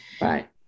Right